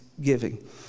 giving